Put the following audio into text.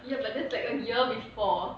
ya but that's like a year before